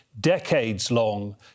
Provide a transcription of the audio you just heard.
decades-long